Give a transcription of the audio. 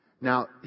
Now